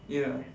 ya